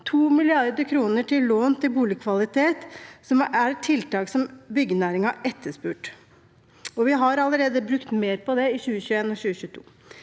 2 mrd. kr til lån til boligkvalitet, som er et tiltak som byggenæringen har etterspurt, og vi har allerede brukt mer på det i 2021 og 2022.